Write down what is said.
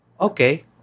Okay